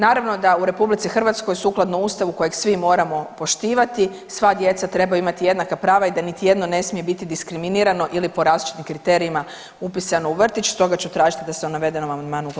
Naravno da u RH sukladno Ustavu kojeg svi moramo poštivati, sva djeca trebaju imati jednaka prava i da niti jedno ne smije biti diskriminirano ili po različitim kriterijima upisano u vrtić, stoga ću tražiti da se o navedenom amandmanu glasuje.